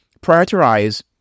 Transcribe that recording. prioritize